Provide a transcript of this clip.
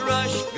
Rush